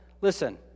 Listen